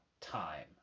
time